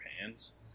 hands